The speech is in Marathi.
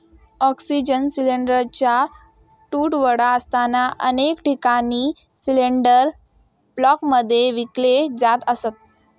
ऑक्सिजन सिलिंडरचा तुटवडा असताना अनेक ठिकाणी सिलिंडर ब्लॅकमध्ये विकले जात असत